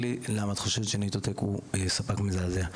לי למה את חושבת ש"ניטו טק" הוא ספק מזעזע.